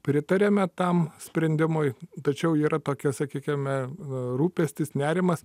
pritariame tam sprendimui tačiau yra tokia sakykime rūpestis nerimas